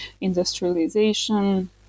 industrialization